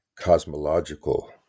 cosmological